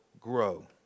grow